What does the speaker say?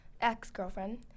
ex-girlfriend